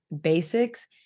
basics